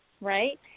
Right